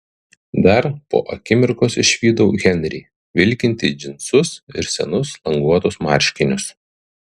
dar po akimirkos išvydau henrį vilkintį džinsus ir senus languotus marškinius